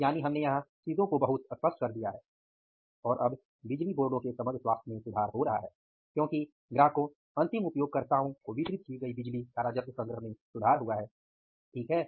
यानि हमने यहां चीजों को बहुत स्पष्ट कर दिया है और अब बिजली बोर्डों के समग्र स्वास्थ्य में सुधार हो रहा है क्योंकि ग्राहकों अंतिम उपयोगकर्ताओं को वितरित की गई बिजली का राजस्व संग्रह में सुधार हुआ है ठीक है